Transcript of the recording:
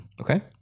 Okay